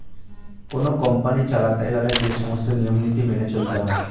কোন কোম্পানি চালাতে গেলে যে সমস্ত নিয়ম নীতি মেনে চলতে হয়